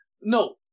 no